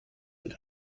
mit